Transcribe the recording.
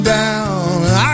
down